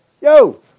Yo